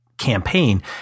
campaign